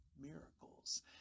miracles